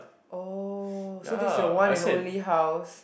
oh so this your one and only house